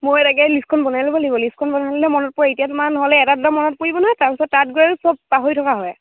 মই এই তাকে লিষ্টখন বনাই ল'ব লাগিব লিষ্টখন বনালে মনত পৰে এতিয়া তোমাৰ নহ'লে এটা এটা মনত পৰিব নে তাৰপিছ তাত গৈ চব পাহৰি থকা হয়